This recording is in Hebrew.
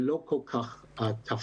זה לא כל כך תפס.